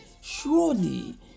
surely